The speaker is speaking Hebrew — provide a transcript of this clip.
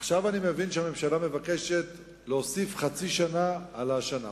עכשיו אני מבין שהממשלה מבקשת להוסיף חצי שנה על השנה.